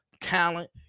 Talent